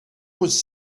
was